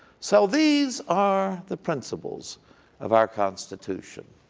so these are the principles of our constitution.